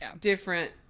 different